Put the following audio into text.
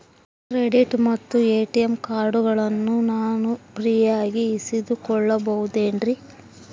Credit ಮತ್ತ ATM ಕಾರ್ಡಗಳನ್ನ ನಾನು ಫ್ರೇಯಾಗಿ ಇಸಿದುಕೊಳ್ಳಬಹುದೇನ್ರಿ?